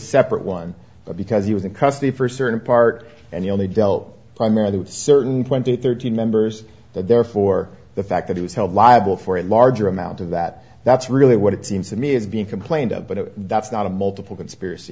separate one but because he was in custody for certain part and he only dealt primarily with certain twenty thirty members therefore the fact that he was held liable for a larger amount of that that's really what it seems to me is being complained of but that's not a multiple conspiracy